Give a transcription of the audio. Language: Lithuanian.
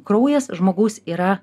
kraujas žmogaus yra